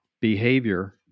behavior